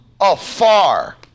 afar